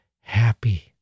happy